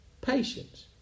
patience